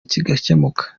kigakemuka